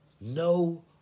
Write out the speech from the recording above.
No